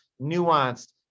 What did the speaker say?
nuanced